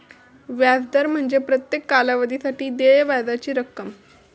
व्याज दर म्हणजे प्रत्येक कालावधीसाठी देय व्याजाची रक्कम